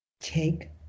Take